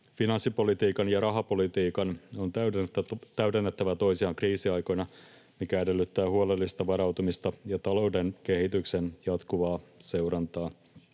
Finanssipolitiikan ja rahapolitiikan on täydennettävä toisiaan kriisiaikoina, mikä edellyttää huolellista varautumista ja talouden kehityksen jatkuvaa seurantaa.